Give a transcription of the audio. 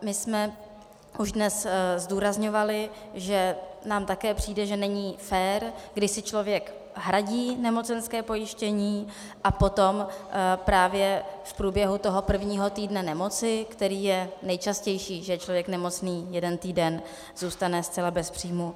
My jsme už dnes zdůrazňovali, že nám také přijde, že není fér, když si člověk hradí nemocenské pojištění a potom právě v průběhu toho prvního týdne nemoci, který je nejčastější, že je člověk nemocný jeden týden, zůstane zcela bez příjmu...